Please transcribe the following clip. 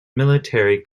military